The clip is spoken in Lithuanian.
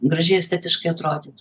gražiai estetiškai atrodytų